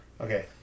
Okay